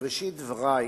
בראשית דברי,